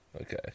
Okay